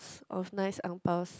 of nice ang paos